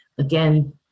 again